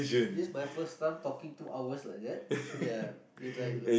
this my first time talking two hours like that ya it's like l~